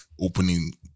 opening